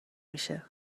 میشه